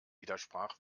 widersprach